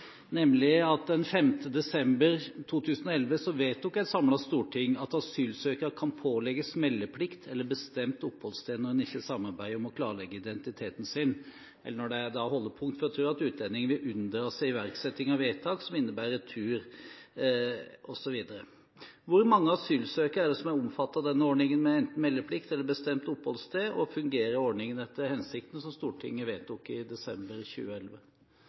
desember 2011 vedtok et samlet storting at asylsøkere kan pålegges meldeplikt eller bestemt oppholdssted når man ikke samarbeider om å klarlegge identiteten sin, eller når det er holdepunkter for å tro at utlendinger vil unndra seg iverksetting av vedtak som innebærer retur, osv. Hvor mange asylsøkere er omfattet av denne ordningen med enten meldeplikt eller bestemt oppholdssted? Fungerer ordningen etter hensikten som Stortinget vedtok i desember 2011?